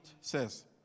says